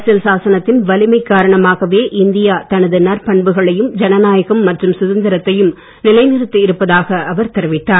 அரசியல் சாசனத்தின் வலிமை காரணமாகவே இந்தியா தனது நற்பண்புகளையும் ஜனநாயகம் மற்றும் சுதந்திரத்தையும் நிலைநிறுத்தி இருப்பதாக அவர் தெரிவித்தார்